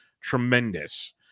tremendous